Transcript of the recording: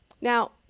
Now